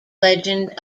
legend